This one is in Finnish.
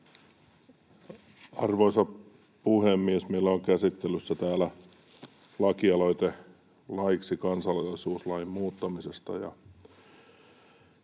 Arvoisa puhemies! Meillä on käsittelyssä täällä lakialoite laiksi kansalaisuuslain muuttamisesta.